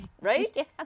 Right